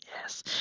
Yes